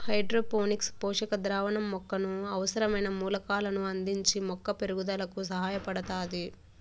hydroponics పోషక ద్రావణం మొక్కకు అవసరమైన మూలకాలను అందించి మొక్క పెరుగుదలకు సహాయపడుతాది